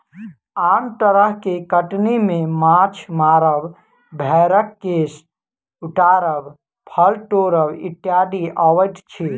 आन तरह के कटनी मे माछ मारब, भेंड़क केश उतारब, फल तोड़ब इत्यादि अबैत अछि